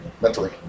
mentally